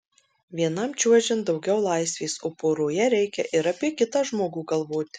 vienam čiuožiant daugiau laisvės o poroje reikia ir apie kitą žmogų galvoti